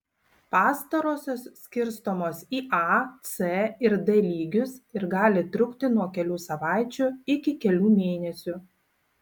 pastarosios skirstomos į a c ir d lygius ir gali trukti nuo kelių savaičių iki kelių mėnesių